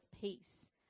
peace